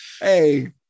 Hey